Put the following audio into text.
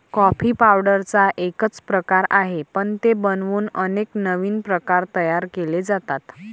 coffee पावडरचा एकच प्रकार आहे, पण ते बनवून अनेक नवीन प्रकार तयार केले जातात